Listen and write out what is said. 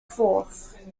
forth